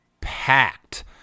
packed